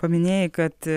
paminėjai kad